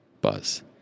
Buzz